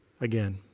again